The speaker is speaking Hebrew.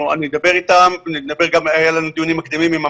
הם מודעים לכל הנושאים שאנחנו עוסקים בהם,